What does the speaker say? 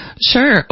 Sure